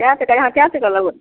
कै टका यहाँ कै टका